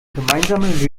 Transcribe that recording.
gemeinsame